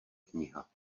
kniha